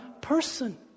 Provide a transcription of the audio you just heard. person